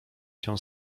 się